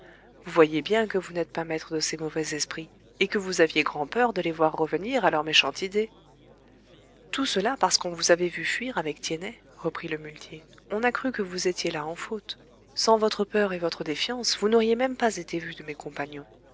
vous voyez bien que vous n'êtes pas maître de ces mauvais esprits et que vous aviez grand'peur de les voir revenir à leur méchante idée tout cela parce qu'on vous avait vue fuir avec tiennet reprit le muletier on a cru que vous étiez là en faute sans votre peur et votre défiance vous n'auriez même pas été vue de mes compagnons